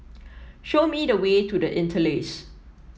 show me the way to The Interlace